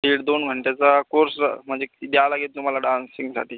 दीड दोन घंट्याचा कोर्स म्हणजे द्यावा लागेल तुम्हाला डान्सिंगसाठी